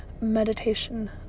meditation